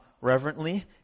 reverently